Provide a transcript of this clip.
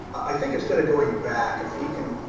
i think, instead of going back, if we can,